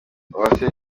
uwase